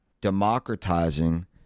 democratizing